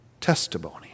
testimony